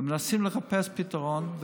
ומנסים לחפש פתרון.